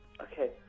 Okay